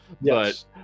Yes